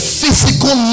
physical